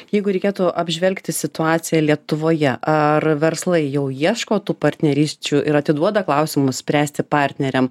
jeigu reikėtų apžvelgti situaciją lietuvoje ar verslai jau ieško tų partnerysčių ir atiduoda klausimus spręsti partneriam